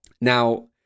Now